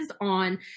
on